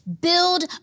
build